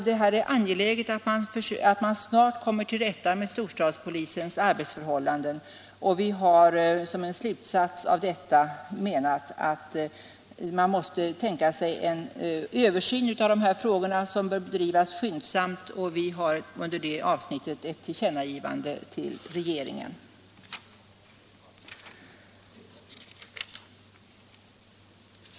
Det är angeläget att man snart kommer till rätta med storstadspolisens arbetsförhållanden, och vi har som slutsats menat att man måste tänka sig en översyn av de här frågorna, en översyn som måste bedrivas skyndsamt. I det avseendet har vi gjort ett tillkännagivande till regeringen.